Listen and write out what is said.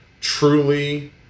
truly